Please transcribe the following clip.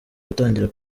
gutangira